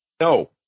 No